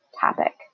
topic